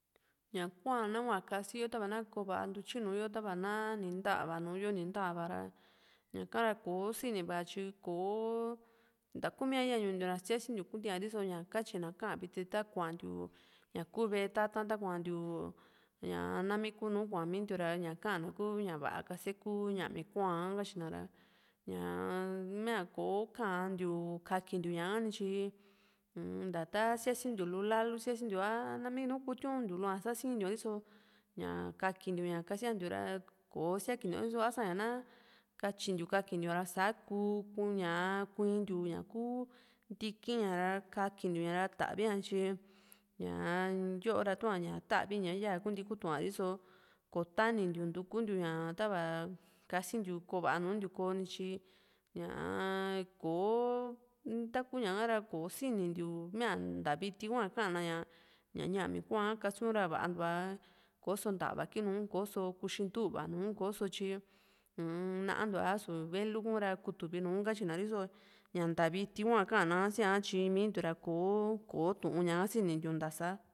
ña kua nahua kasiyo tava ná ko va´a ntutyinu yo tava na ni ntáva nùù yo ni ntáva ra ñaka ra kosini va´a tyi kò´o ntakumia yaa ñuu ntiu ra ña siasíntiu kunti´a riso ña katyina ka´an viti ta kua´ntiu ñaku ve´e tata´n takuantiu ñaa nami kunu kuamintiu ra ka´na kuu ña va´a kase kuu ñami kua´n ha katyina ra ñaa mia kò´o kantiu kakintiu ñaka nityi u´u nta ta siasíntiu lu lali síasintiu a nami nu kutiuntiu lu´a sá sintiu´a riso ña kaintiu ña kasíntiu ra ko siakintiu´a riso ása ña natyintiu kakintiu´a ra sa kuu ña kuíntiu ñá kú ntiki ña ra kaintiu ña ra tavi´a tyi ñaa yo´ra ña tavi ña yaa kunti kutu ña riso kotanintiu ntukuntiu ña tava kasintiu ko va´a nùù ntiu ko´ni tyi ña´a kò´o taku ña´ka ra kosinintiu mia ña nta viti hua ka´na ña námi kua´n ha kasiura vantu´a koso nta´va kii núu koso kú xintuva núu tyi uu-m nantu´a a´su velu kuun ra kutuvi núu katyina riso ña nta viti hua ka´na sía ha tyi mintiu ra kò´o Tu'un ñaka sinintiu nta sá